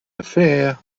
affair